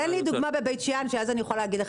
תן לי דוגמה בבית שאן כי אז אני יכולה להגיד לך